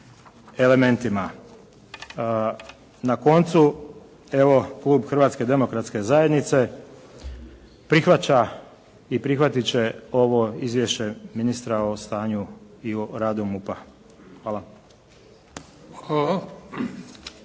Na koncu evo, klub Hrvatske demokratske zajednice prihvaća i prihvatiti će ovo izvješće ministra o stanju i o radu MUP-a. Hvala.